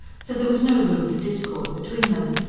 so there was no room for discord between them.